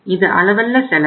இது அளவல்ல செலவு